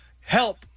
help